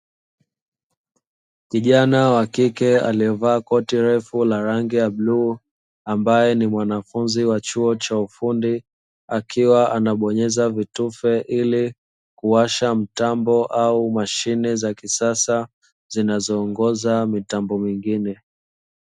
Kijana wa kike aliyevaa koti refu la rangi ya bluu, ambaye ni mwanafunzi wa chuo cha ufundi, akiwa anabonyeza vitufe ili kuwasha mtambo au mashine za kisasa zinazoongoza mitambo mingine.